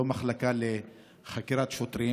לא המחלקה לחקירת שוטרים,